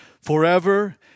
forever